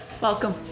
welcome